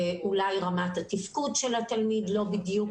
אולי רמת התפקוד של התלמיד לא בדיוק